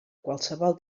qualsevol